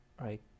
Right